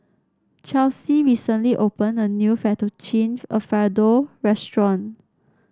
Chelsy recently opened a new Fettuccine Alfredo Restaurant